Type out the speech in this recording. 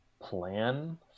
plan